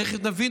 תכף נבין,